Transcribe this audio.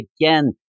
again